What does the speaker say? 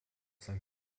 sein